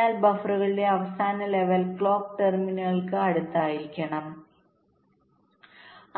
അതിനാൽ ബഫറുകളുടെ അവസാന ലെവൽ ക്ലോക്ക് ടെർമിനലുകൾക്ക് അടുത്തായിരിക്കണം